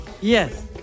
Yes